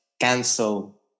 cancel